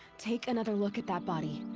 take another look at that body.